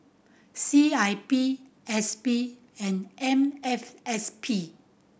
C I P S P and M F S P